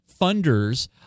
funders